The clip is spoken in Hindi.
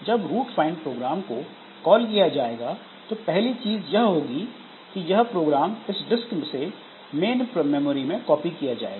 जब रूट फाइंड प्रोग्राम को कॉल किया जाएगा तो पहली चीज यह होगी कि यह प्रोग्राम इस डिस्क से मेन मेमोरी में कॉपी किया जाएगा